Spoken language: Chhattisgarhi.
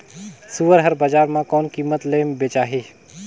सुअर हर बजार मां कोन कीमत ले बेचाही?